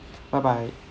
bye bye